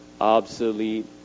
Obsolete